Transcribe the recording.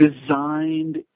designed